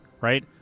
right